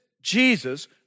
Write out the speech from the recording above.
Jesus